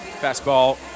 fastball